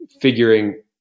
figuring